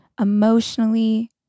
emotionally